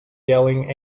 yelling